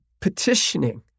petitioning